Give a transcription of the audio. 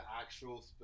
actual